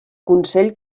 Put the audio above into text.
consell